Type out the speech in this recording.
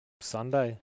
Sunday